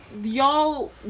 y'all